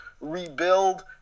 rebuild